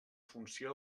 funció